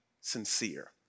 sincere